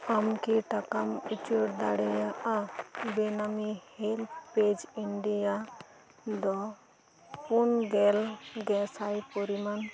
ᱟᱢ ᱠᱤ ᱴᱟᱠᱟᱢ ᱤᱪᱟᱹᱲ ᱫᱟᱲᱮᱭᱟᱜᱼᱟ ᱵᱮᱱᱟᱢᱤ ᱦᱮᱞᱯ ᱯᱮᱡᱽ ᱤᱱᱰᱤᱭᱟ ᱫᱚ ᱯᱩᱱ ᱜᱮᱞ ᱜᱮᱥᱟᱭ ᱯᱚᱨᱤᱢᱟᱱ